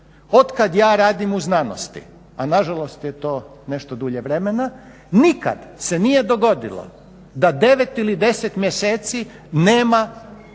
Od kad ja radim u znanosti, a na žalost je to nešto dulje vremena nikad se nije dogodilo da 9 ili 10 mjeseci nema financiranja